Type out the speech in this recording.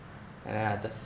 and then I just